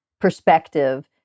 perspective